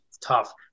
Tough